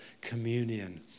communion